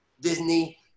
Disney